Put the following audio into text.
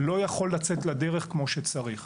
לא יכול לצאת לדרך כמו שצריך.